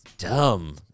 Dumb